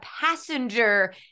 passenger